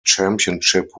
championship